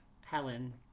Helen